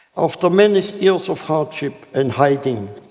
after many years of hardship and hiding,